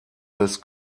des